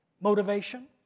motivation